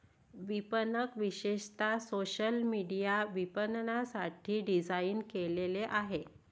विपणक विशेषतः social media विपणनासाठी डिझाइन केलेले आहेत